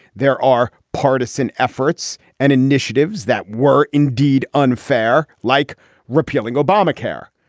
there are partisan efforts and initiatives that were indeed unfair like repealing obamacare.